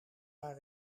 maar